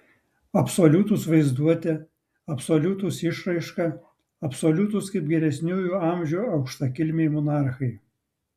absoliutūs vaizduote absoliutūs išraiška absoliutūs kaip geresniųjų amžių aukštakilmiai monarchai